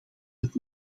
het